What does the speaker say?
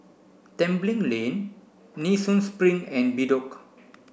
Tembeling Lane Nee Soon Spring and Bedok